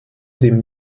den